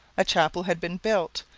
a chapel had been built,